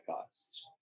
costs